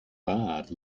barred